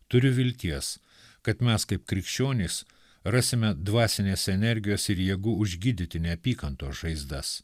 turiu vilties kad mes kaip krikščionys rasime dvasinės energijos ir jėgų užgydyti neapykantos žaizdas